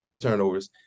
turnovers